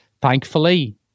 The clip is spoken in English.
thankfully